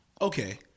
Okay